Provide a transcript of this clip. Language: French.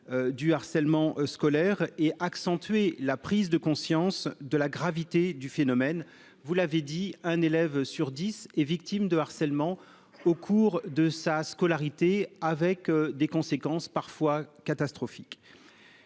du harcèlement scolaire et a accentué la prise de conscience sur la gravité du phénomène. Vous l'avez dit, un élève sur dix est victime de harcèlement au cours de sa scolarité, avec des conséquences parfois catastrophiques.